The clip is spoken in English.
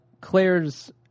Claire's